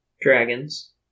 dragons